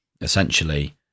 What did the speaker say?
Essentially